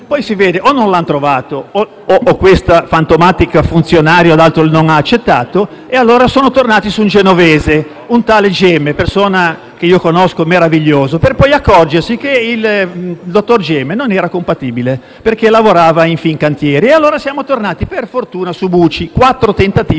Poi si vede che o non l'hanno trovato o che questo fantomatico funzionario non ha accettato e allora sono tornati su un genovese, un tale Gemme (persona meravigliosa, che io conosco), per poi accorgersi che il dottor Gemme non era compatibile, perché lavorava in Fincantieri. Siamo tornati allora, per fortuna, su Bucci; quattro tentativi